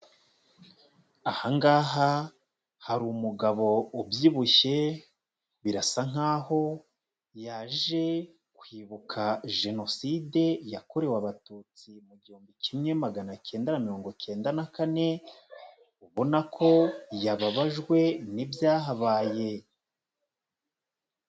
Ahangaha ha umugabo ubyibushye, birasa nkaho yaje kwibuka Jenoside yakorewe Abatutsi mu gihumbi kimwe magana cyenda mirongo icyenda na kane, ubona ko yababajwe n'ibyahabaye.